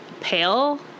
pale